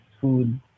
food